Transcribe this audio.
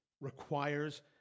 requires